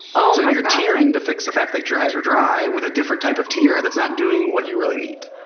ah you're tearing to fix the fact that your eyes are dry with a different type of tear that's not doing what you really need.